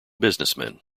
businessman